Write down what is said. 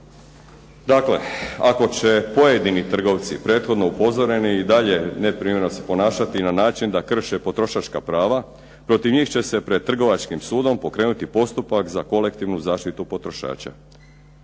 Dakle, ako će pojedini trgovci prethodno upozoreni i dalje neprimjereno se ponašati na način da krše potrošačka prava, protiv njih će se pred trgovačkim sudom pokrenuti postupak za kolektivnu zaštitu potrošača.